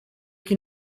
que